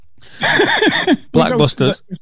blockbusters